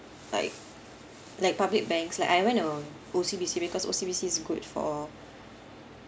like like public banks like I went to O_C_B_C because O_C_B_C is good for